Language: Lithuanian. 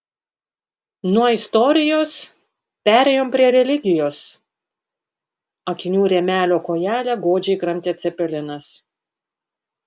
nuo istorijos perėjom prie religijos akinių rėmelio kojelę godžiai kramtė cepelinas